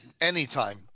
anytime